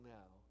now